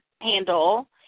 handle